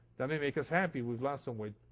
that may make us happy. we lost some weight.